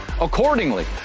accordingly